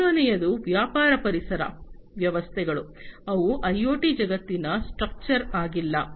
ಮೂರನೆಯದು ವ್ಯಾಪಾರ ಪರಿಸರ ವ್ಯವಸ್ಥೆಗಳು ಅವು ಐಒಟಿ ಜಗತ್ತಿನಲ್ಲಿ ಸ್ಟ್ರಕ್ಚರ್ ಆಗಿಲ್ಲ